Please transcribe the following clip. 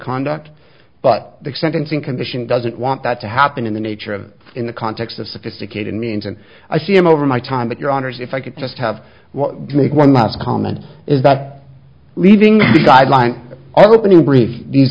conduct but the sentencing commission doesn't want that to happen in the nature of in the context of sophisticated means and i see him over my time but your honour's if i could just have to make one last comment is that leaving the guidelines open in brief these